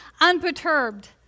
unperturbed